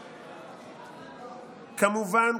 כמובן,